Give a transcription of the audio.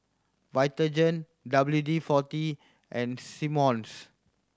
Vitagen W D Forty and Simmons